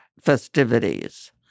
festivities